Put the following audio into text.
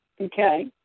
Okay